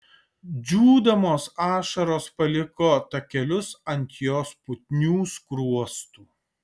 džiūdamos ašaros paliko takelius ant jos putnių skruostų